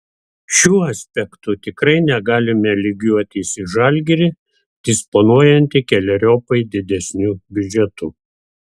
šiuo aspektu tikrai negalime lygiuotis į žalgirį disponuojantį keleriopai didesniu biudžetu